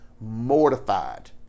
mortified